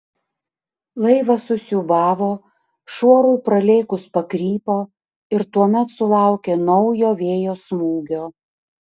laivas susiūbavo šuorui pralėkus pakrypo ir tuomet sulaukė naujo vėjo smūgio